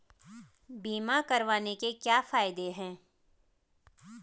बीमा करवाने के क्या फायदे हैं?